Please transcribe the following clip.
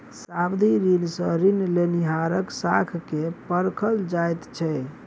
सावधि ऋण सॅ ऋण लेनिहारक साख के परखल जाइत छै